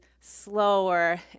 slower